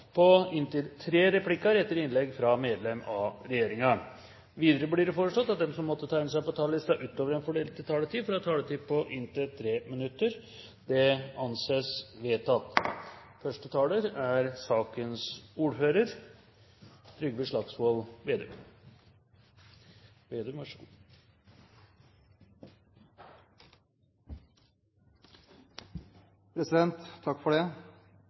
Videre blir det foreslått at de som måtte tegne seg på talerlisten utover den fordelte taletid, får en taletid på inntil 3 minutter. – Det anses vedtatt. Det er